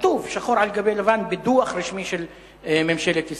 זה כתוב שחור על גבי לבן בדוח רשמי של ממשלת ישראל.